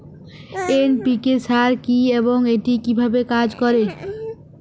NPK সার কি এবং এটি কিভাবে কাজ করে?